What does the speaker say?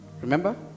Remember